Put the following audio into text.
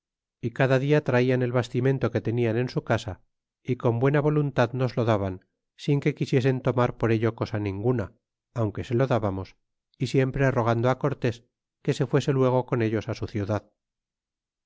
y cada dia traian el bastimento que tenían en su casa y con buena voluntad nos lo daban sin que quisiesen tomar por ello cosa ninguna aunque se lo dábamos y siempre rogando cortes que se fuese luego con ellos su ciudad